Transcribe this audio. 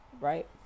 Right